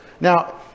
Now